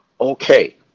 Okay